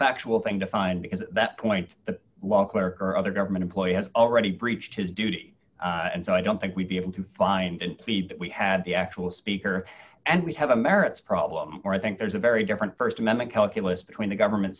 factual thing to find because that point the law clerk or other government employee has already breached his duty and so i don't think we'd be able to find a feed we had the actual speaker and we have a merits problem or i think there's a very different st amendment calculus between the government